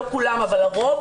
לא כולן אבל הרוב